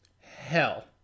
hell